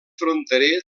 fronterer